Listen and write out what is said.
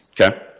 Okay